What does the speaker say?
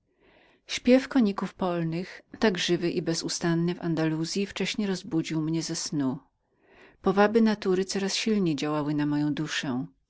śpiew koników polnych tak żywy i bezustanny w andaluzyi wcześnie rozbudził mnie ze snu powaby natury coraz silniej działały na moją duszę